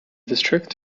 district